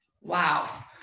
Wow